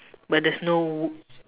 but there's no w~